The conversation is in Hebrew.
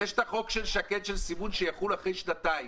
יש החוק של שקד של סימון שיחול אחרי שנתיים.